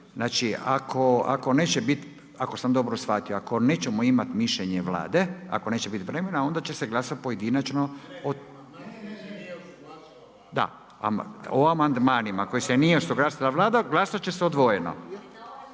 Znači, ako neće biti, ako sam dobro shvatio, ako nećemo imat mišljenje Vlade, ako neće bit vremena onda će se glasati pojedinačno … …/Upadica sa strane, ne razumije se./… Da, o amandmanima o kojima se nije usuglasila Vlada glasat će se odvojeno.